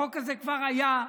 החוק הזה כבר היה,